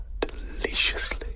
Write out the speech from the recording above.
deliciously